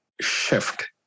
shift